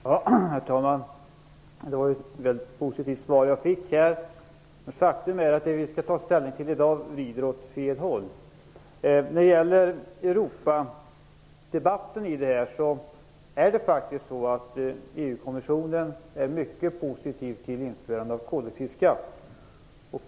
Herr talman! Det var ett positivt svar jag fick. Faktum är att det vi skall ta ställning till i dag vrider åt fel håll. När det gäller Europadebatten är det faktiskt så att EU-kommissionen är mycket positiv till införande av koloxidskatt.